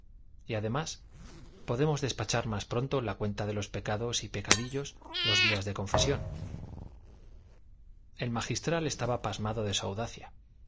y además podemos despachar más pronto la cuenta de los pecados y pecadillos los días de confesión el magistral estaba pasmado de su audacia